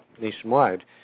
nationwide